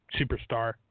Superstar